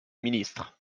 ministre